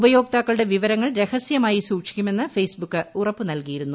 ഉപയോക്താക്കളുടെ വിവരങ്ങൾ രഹസ്യമായി സൂക്ഷിക്കുമെന്ന് ഫേസ്ബുക്ക് ഉറപ്പു നൽകിയിരുന്നു